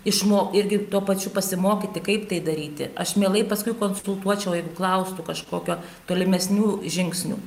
išmokti irgi tuo pačiu pasimokyti kaip tai daryti aš mielai paskui konsultuočiau jeigu klaustų kažkokio tolimesnių žingsnių